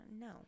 No